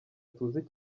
tuzi